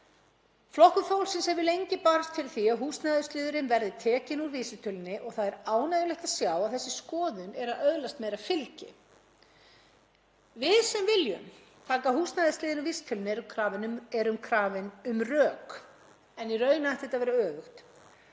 Flokkur fólksins hefur lengi barist fyrir því að húsnæðisliðurinn verði tekinn út úr vísitölunni og það er ánægjulegt að sjá að þessi skoðun er að öðlast meira fylgi. Við sem viljum taka húsnæðisliðinn úr vísitölunni erum krafin um rök en í raun ætti þetta að vera öfugt.